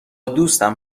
دوستم